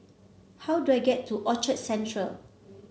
how do I get to Orchard Central